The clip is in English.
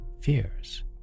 fears